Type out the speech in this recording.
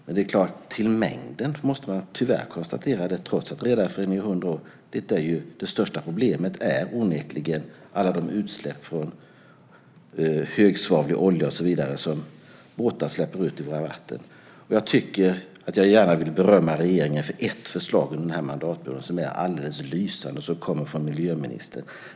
Men sett till mängden måste man tyvärr konstatera - trots Redareföreningens 100 år - att det största problemet onekligen är alla utsläppen av högsvavlig olja och så vidare som båtar släpper ut i våra vatten. Jag vill gärna berömma regeringen för åtminstone ett förslag under den här mandatperioden. Det är ett alldeles lysande förslag från miljöministern.